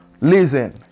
Listen